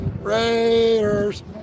Raiders